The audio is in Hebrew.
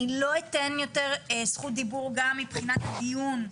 אני לא אתן יותר זכות דיבור גם מבחינת הדיון.